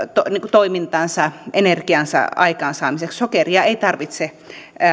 toimintansa energiansa aikaansaamiseksi sokeria ei tarvitse